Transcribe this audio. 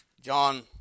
John